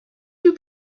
you